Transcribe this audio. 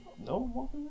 No